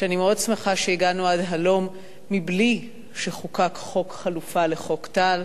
שאני מאוד שמחה שהגענו עד הלום מבלי שחוקקה חלופה לחוק טל,